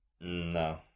No